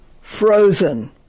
frozen